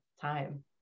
time